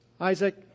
Isaac